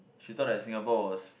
should thought that Singapore was